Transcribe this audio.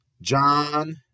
John